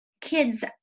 kids